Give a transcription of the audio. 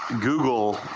Google